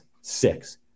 six